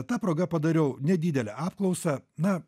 ta proga padariau nedidelę apklausą na